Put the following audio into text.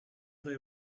they